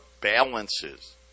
balances